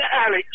Alex